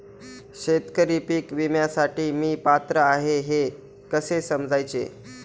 शेतकरी पीक विम्यासाठी मी पात्र आहे हे कसे समजायचे?